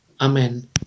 Amen